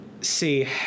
See